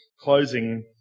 closing